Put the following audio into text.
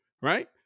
right